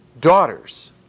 daughters